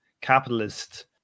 capitalist